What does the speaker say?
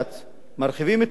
מרחיבים את הסמכויות,